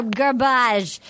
garbage